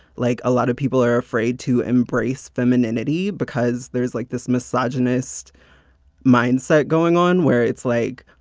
like a lot of people are afraid to embrace femininity because there's like this misogynist mindset going on. where it's like,